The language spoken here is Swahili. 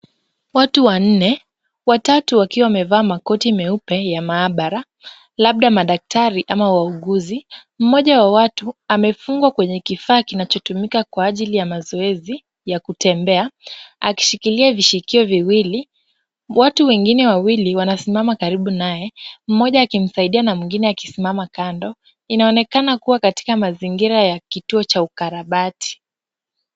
Watu wanne, watatu wakiwa wamevaa makoti manne ya maabara, labda madaktari au wauguzi. Mmoja wa watu amefungwa kwenye kifaa kinachotumika kwa ajili ya mazoezi ya kutembea, akishikilia vishikio viwili. Watu wengine wawili wanssimama karibu naye. Mmoja akimsaidia na mwingine akisimama kando, inaonekana kuwa katika mazingira ya kituo cha ukarabati.